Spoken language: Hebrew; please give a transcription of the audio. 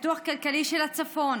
לפיתוח כלכלי של הצפון